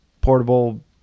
Portable